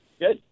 Good